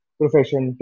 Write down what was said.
profession